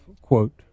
quote